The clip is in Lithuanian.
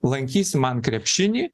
lankysi man krepšinį